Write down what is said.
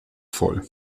voll